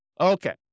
Okay